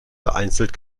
vereinzelt